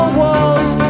walls